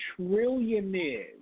trillionaires